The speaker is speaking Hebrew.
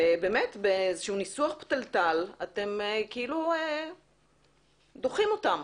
ובניסוח פתלתל אתם דוחים אותם,